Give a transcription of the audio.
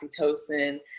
oxytocin